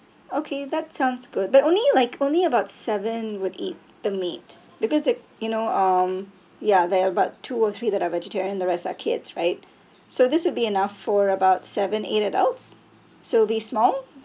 okay that sounds good but only like only about seven would eat the meat because the you know um ya there are about two or three that are vegetarian the rest are kids right so this would be enough for about seven eight adults so it'll be small